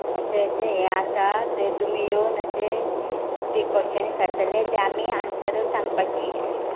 अशें अशें हें आसा तें तुमी येवन अशें ते क्वेश्चन विचारतले ते आमी आन्सरां सांगपाचीं अशें